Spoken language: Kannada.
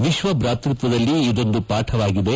ವಿಕ್ವ ಬ್ರಾತೃತ್ವದಲ್ಲಿ ಇದೊಂದು ಪಾಠವಾಗಿದೆ